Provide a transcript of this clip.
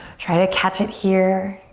try to catch it here.